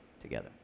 together